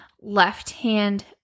left-hand